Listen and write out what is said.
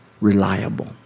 reliable